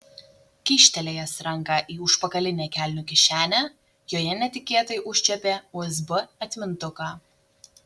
kyštelėjęs ranką į užpakalinę kelnių kišenę joje netikėtai užčiuopė usb atmintuką